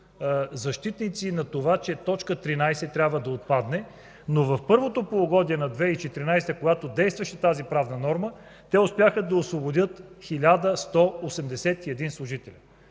защитници, че т. 13 трябва да отпадне. В първото полугодие обаче на 2014 г., когато действаше тази правна норма, те успяха да освободят 1181 служители.